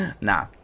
Nah